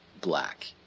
black